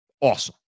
awesome